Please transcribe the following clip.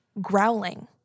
growling